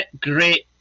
great